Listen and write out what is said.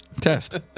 Test